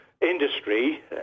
industry